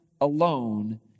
alone